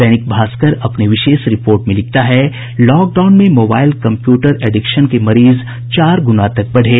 दैनिक भास्कर अपनी विशेष रिपोर्ट में लिखता है लॉकडाउन में मोबाईल कम्प्यूटर एडिक्शन के मरीज चार गुना तक बढ़े